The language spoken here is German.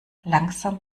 langsam